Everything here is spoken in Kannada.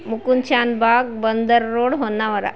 ಮುಕುಂದ್ ಶಾನ್ಭಾಗ್ ಬಂದರ್ ರೋಡ್ ಹೊನ್ನಾವರ